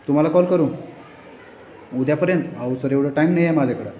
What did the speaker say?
तुम्हाला कॉल करू उद्यापर्यंत अहो सर एवढं टाईम नाही आहे माझ्याकडं